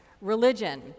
religion